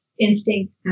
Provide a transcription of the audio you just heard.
instinct